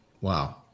Wow